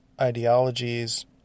ideologies